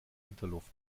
winterluft